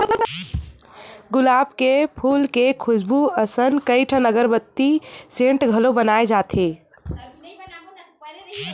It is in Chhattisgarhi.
गुलाब के फूल के खुसबू असन कइठन अगरबत्ती, सेंट घलो बनाए जाथे